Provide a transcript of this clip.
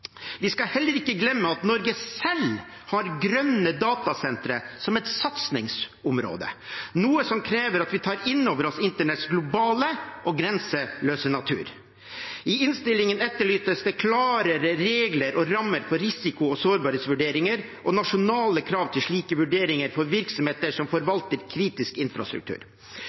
Vi skal heller ikke glemme at Norge selv har grønne datasentre som et satsingsområde, noe som krever at vi tar inn over oss internetts globale og grenseløse natur. I innstillingen etterlyses det klarere regler og rammer for risiko og sårbarhetsvurderinger og nasjonale krav til slike vurderinger for virksomheter som forvalter kritisk infrastruktur.